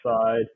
side